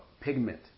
pigment